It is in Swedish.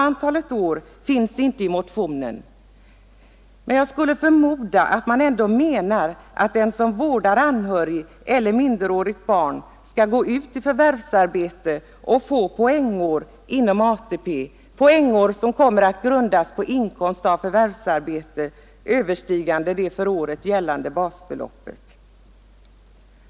MM. antalet år finns inte i motionen. Men jag förmodar att motionärerna ändå menar, att den som vårdar anhörig eller minderårigt barn skall gå ut i förvärvsarbete och få poängår inom ATP som kommer att grundas på inkomst av förvärvsarbete överstigande det för året gällande basbeloppet.